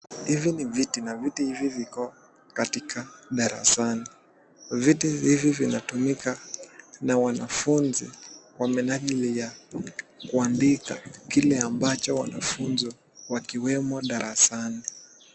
Hivi ni viti, na vitu hivi viko katika darasani . Viti hivi vinatumika na wanafunzi kwa minajili ya kuandika kile ambacho wanafunzi wakiwemo darasani.